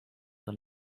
sur